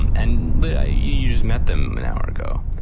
and and but you you just met them an hour ago.